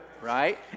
right